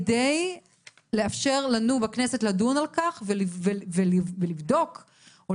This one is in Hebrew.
כדי לאפשר לנו בכנסת לדון על כך ולבדוק או